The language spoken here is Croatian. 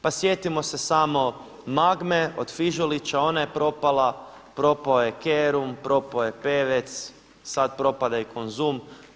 Pa sjetimo se samo Magma-e od Fižolića ona je propala, propao je Kerum, propao je Pevec, sada propada i Konzum.